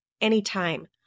anytime